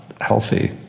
healthy